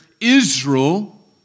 Israel